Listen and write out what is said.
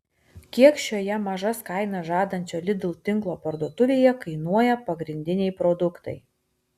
kiek šioje mažas kainas žadančio lidl tinklo parduotuvėje kainuoja pagrindiniai produktai